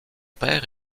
père